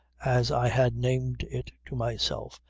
as i had named it to myself,